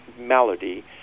melody